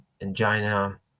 angina